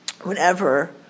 whenever